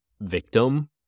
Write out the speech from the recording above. victim